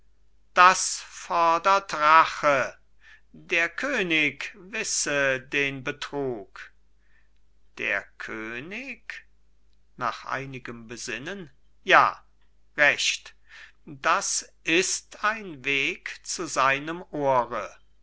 das fordert rache der könig wisse den betrug der könig nach einigem besinnen ja recht das ist ein weg zu seinem ohre